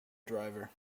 driver